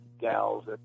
gals